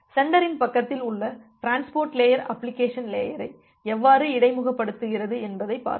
சென்டரின் பக்கத்தில் உள்ள டிரான்ஸ்போர்ட் லேயர் அப்ளிகேஷன் லேயரை எவ்வாறு இடைமுகப்படுத்துகிறது என்பதை பார்ப்போம்